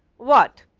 what?